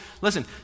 listen